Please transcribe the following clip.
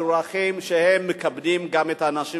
בדרכים שהן מכבדות, גם את האנשים